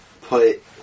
put